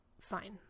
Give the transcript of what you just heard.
fine